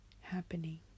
Happening